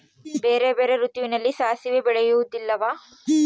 ಬೇರೆ ಬೇರೆ ಋತುವಿನಲ್ಲಿ ಸಾಸಿವೆ ಬೆಳೆಯುವುದಿಲ್ಲವಾ?